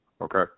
okay